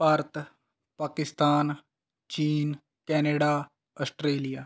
ਭਾਰਤ ਪਾਕਿਸਤਾਨ ਚੀਨ Canada Australia